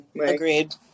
Agreed